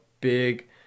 big